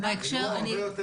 אבל לפני זה הם גם היו באוהלים,